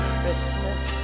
Christmas